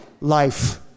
life